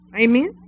Amen